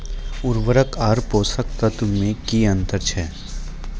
उर्वरक आर पोसक तत्व मे की अन्तर छै?